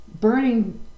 Burning